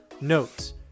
notes